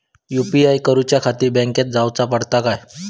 UPI करूच्याखाती बँकेत जाऊचा पडता काय?